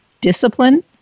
discipline